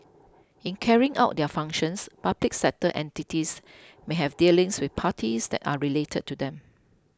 in carrying out their functions public sector entities may have dealings with parties that are related to them